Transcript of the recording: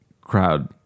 crowd